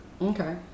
Okay